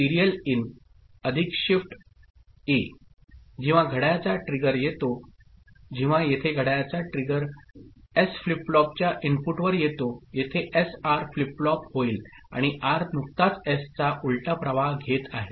A जेव्हा घड्याळाचा trigger येतोजेव्हा येथे घड्याळाचा ट्रिगर एस फ्लिप फ्लॉपच्या इनपुटवर येतोयेथे एस आर फ्लिप फ्लॉप होईल आणि आर नुकताच एसचा उलटा प्रवाह घेत आहे